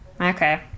Okay